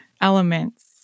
elements